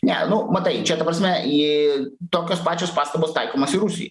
ne nu matai čia ta prasme į tokios pačios pastabos taikomos ir rusijai